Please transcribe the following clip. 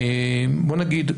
בוא נגיד,